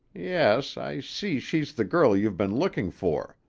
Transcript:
yes, i see she's the girl you've been looking for.